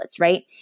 right